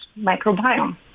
microbiome